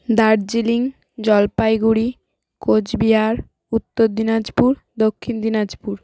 Darjeeling Jalpaiguri Cooch Behar Uttar Dinajpur Dakshin Dinajpur